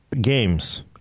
games